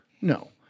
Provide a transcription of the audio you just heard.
no